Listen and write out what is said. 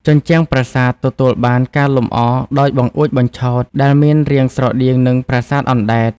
ជញ្ជាំងប្រាសាទទទួលបានការលម្អដោយបង្អួចបញ្ឆោត ដែលមានរាងស្រដៀងនឹងប្រាសាទអណ្តែត។